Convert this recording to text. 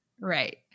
Right